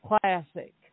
classic